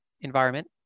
environment